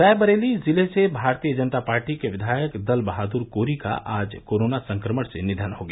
रायबरेली जिले से भारतीय जनता पार्टी के विधायक दल बहादुर कोरी का आज कोरोना संक्रमण से निधन हो गया